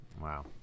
Wow